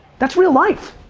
that's real life.